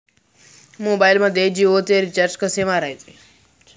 मोबाइलमध्ये जियोचे रिचार्ज कसे मारायचे?